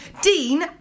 Dean